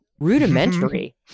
Rudimentary